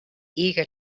eager